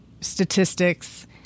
statistics